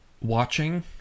watching